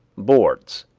boards.